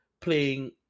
playing